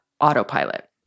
autopilot